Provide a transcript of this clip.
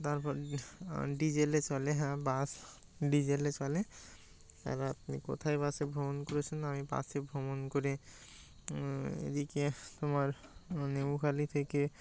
তার পর ডিজেলে চলে হ্যাঁ বাস ডিজেলে চলে আর আপনি কোথায় বাসে ভ্রমণ করেছেন আমি বাসে ভ্রমণ করে এ দিকে তোমার নেবুখালি থেকে